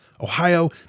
Ohio